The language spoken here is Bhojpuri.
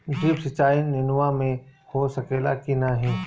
ड्रिप सिंचाई नेनुआ में हो सकेला की नाही?